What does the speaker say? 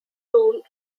role